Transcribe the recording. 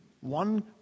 one